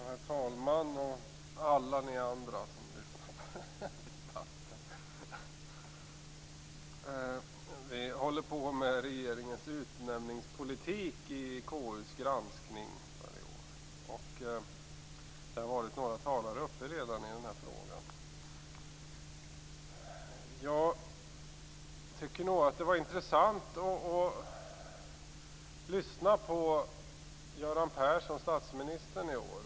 Herr talman och alla ni andra som lyssnar på debatten! Vi diskuterar KU:s granskning av regeringens utnämningspolitik. Några talare har redan varit uppe i frågan. Jag tycker att det var intressant att lyssna på statsminister Göran Persson i år.